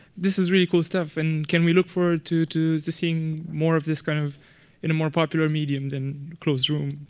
this is really cool stuff, and can we look forward to to seeing more of this kind of in a more popular medium than closed rooms?